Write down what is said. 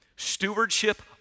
Stewardship